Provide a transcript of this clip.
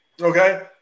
okay